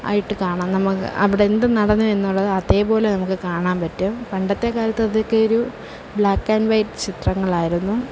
ആയിട്ട് കാണാം അവിടെ എന്ത് നടന്നു എന്നുള്ളത് അതേപോലെ നമുക്ക് കാണാൻ പറ്റും പണ്ടത്തെ കാലത്ത് അതൊക്കെ ഒരു ബ്ലാക് ആൻഡ് വൈറ്റ് ചിത്രങ്ങളായിരുന്നു